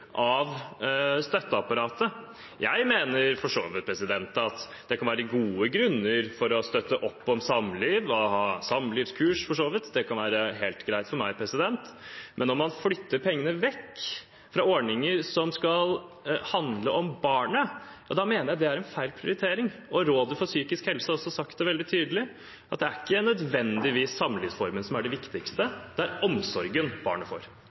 av støtteapparatet. Jeg mener for så vidt at det kan være gode grunner til å støtte opp om samlivet ved å ha samlivskurs – det kan være helt greit for meg. Men når man flytter pengene vekk fra ordninger som skal handle om barnet, mener jeg det er en feil prioritering. Rådet for psykisk helse har også sagt veldig tydelig at det ikke nødvendigvis er samlivsformen som er det viktigste. Det er omsorgen barnet får.